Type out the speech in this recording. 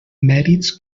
mèrits